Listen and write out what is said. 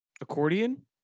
accordion